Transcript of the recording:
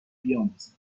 بیاموزیم